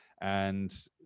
and-